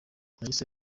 yahise